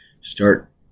start